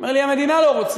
הוא אומר לי: המדינה לא רוצה.